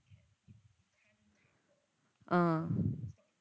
ah